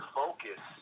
focus